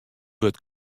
wurdt